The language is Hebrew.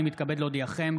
אני מתכבד להודיעכם,